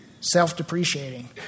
self-depreciating